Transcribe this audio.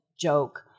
joke